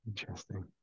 Interesting